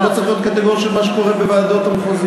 אתה לא צריך להיות קטגור של מה שקורה בוועדות המחוזיות.